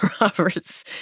Roberts